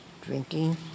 drinking